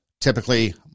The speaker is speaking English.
typically